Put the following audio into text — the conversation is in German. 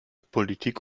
politik